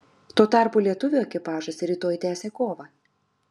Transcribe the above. tuo tarpu lietuvių ekipažas rytoj tęsia kovą